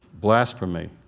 Blasphemy